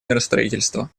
миростроительства